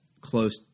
close